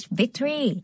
victory